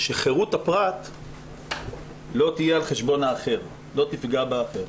שחירות הפרט לא תהיה על חשבון האחר ולא תפגע באחר.